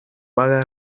vaga